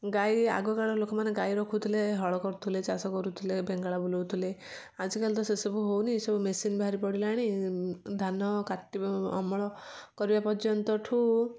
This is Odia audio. ଗାଈ ଆଗ କାଳର ଲୋକମାନେ ଗାଈ ରଖୁଥିଲେ ହଳ କରୁଥିଲେ ଚାଷ କରୁଥିଲେ ବେଙ୍ଗଳା ବୁଲାଉଥିଲେ ଆଜିକାଲି ତ ସେସବୁ ହଉନି ସବୁ ମେସିନ୍ ବାହାରିପଡ଼ିଲାଣି ଧାନ କାଟିବା ଅମଳ କରିବା ପର୍ଯ୍ୟନ୍ତଠୁ